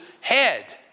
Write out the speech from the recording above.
head